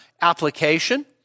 application